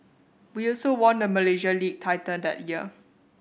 we also won the Malaysia League title that year